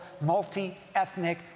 multi-ethnic